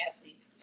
athletes